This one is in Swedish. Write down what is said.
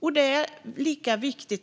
Båda sakerna är lika viktiga